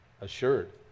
assured